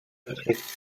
beträgt